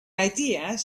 ideas